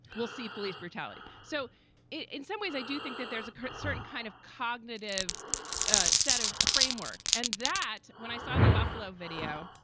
we'll see police brutality. so in some ways, i do think that there's a certain kind of cognitive ah set of framework and that when i saw the buffalo video,